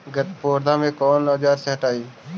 गत्पोदा के कौन औजार से हटायी?